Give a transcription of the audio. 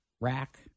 rack